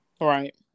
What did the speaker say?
right